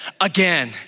again